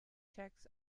checks